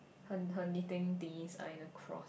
her her knitting things are in a cross